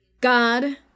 God